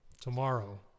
tomorrow